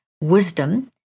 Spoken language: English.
wisdom